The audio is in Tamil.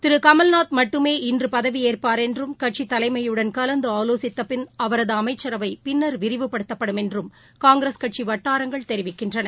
திரு கமல்நாத் மட்டுமே இன்று பதவியேற்பார் என்றும் கட்சி தலைமையுடன் கலந்து ஆலோசித்தபின் அவரது அமைச்சரவை பின்னா் விரிவுபடுத்தப்டும் என்றும் காங்கிரஸ் கட்சி வட்டாரங்கள் தெரிவிக்கின்றன